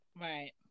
Right